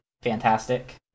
fantastic